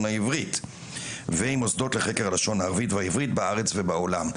העברית ועם מוסדות לחקר הלשון הערבית והעברית בארץ ובעולם'.